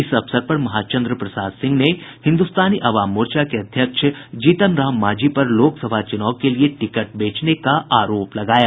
इस अवसर पर महाचन्द्र प्रसाद सिंह ने हिन्दुस्तानी अवाम मोर्चा के अध्यक्ष जीतन राम मांझी पर लोकसभा चुनाव के लिए टिकट बेचने का आरोप लगाया